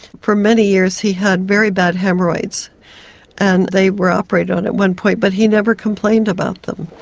for many years he had very bad haemorrhoids and they were operated on at one point, but he never complained about them.